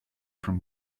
from